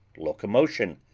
locomotion,